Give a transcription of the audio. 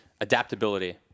adaptability